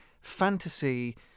fantasy